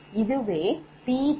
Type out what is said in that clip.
இதுவே 𝑃3−2